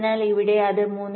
അതിനാൽ ഇവിടെ അത് 3